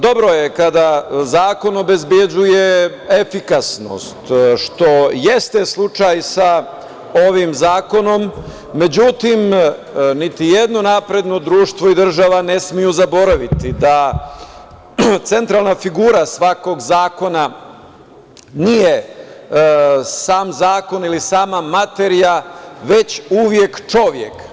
Dobro je kada zakon obezbeđuje efikasnost, što je slučaj sa ovim zakonom, međutim, nijedno napredno društvo i država ne smeju zaboraviti da centralna figura svakog zakona nije sam zakon ili sama materija, već uvek čovek.